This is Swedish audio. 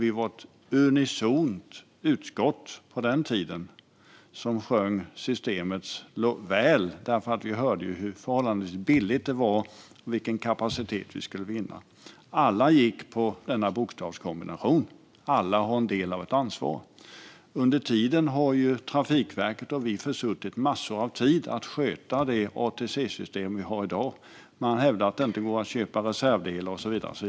Vi var på den tiden ett unisont utskott som sjöng systemets väl, eftersom vi hörde hur förhållandevis billigt det var och vilken kapacitet vi skulle vinna. Alla gick på denna bokstavskombination. Alla har en del av ansvaret. Under tiden har Trafikverket och vi försuttit massor av tid när det gäller att sköta det ATC-system vi har i dag. Man hävdar att det inte går att köpa reservdelar och så vidare.